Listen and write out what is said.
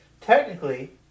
Technically